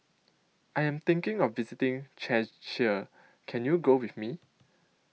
I Am thinking of visiting Czechia Can YOU Go with Me